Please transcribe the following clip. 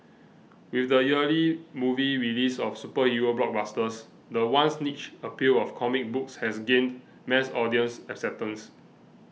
with the yearly movie releases of superhero blockbusters the once niche appeal of comic books has gained mass audience acceptance